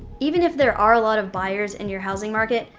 even if there are a lot of buyers in your housing market,